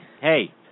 Hey